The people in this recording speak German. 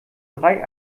drei